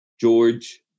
George